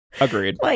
Agreed